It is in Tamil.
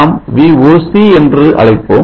நாம் Voc என்று அழைப்போம்